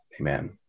amen